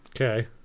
Okay